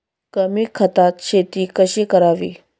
कमी खतात शेती कशी करावी?